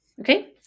Okay